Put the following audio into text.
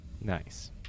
Nice